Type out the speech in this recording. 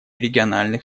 региональных